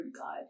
God